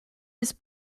his